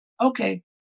okay